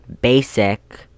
basic